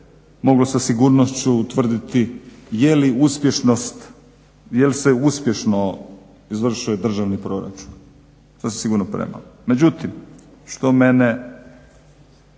mogao sa sigurnošću utvrditi je li uspješnost, jel se uspješno izvršuje državni proračun, sasvim sigurno premalo. Međutim, što mene